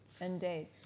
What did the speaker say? Indeed